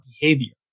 behavior